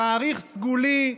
תאריך סגולי,